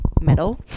metal